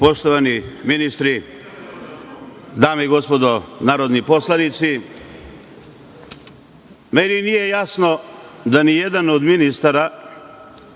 Poštovani ministre, dame i gospodo narodni poslanici, meni nije jasno da nijedan od ministara